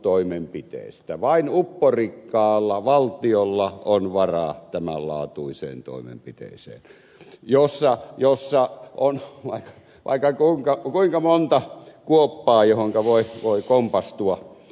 vain upporikkaalla valtiolla on varaa tämän laatuiseen toimenpiteeseen jossa on vaikka kuinka monta kuoppaa joihinka voi kompastua